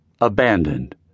abandoned